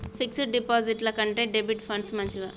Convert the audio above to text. Fix డ్ డిపాజిట్ల కంటే డెబిట్ ఫండ్స్ మంచివా?